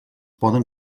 poden